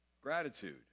Gratitude